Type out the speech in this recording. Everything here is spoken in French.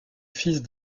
fils